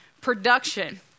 Production